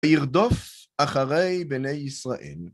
ירדוף אחרי בני ישראל.